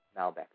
Malbec